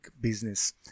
business